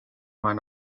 maar